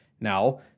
Now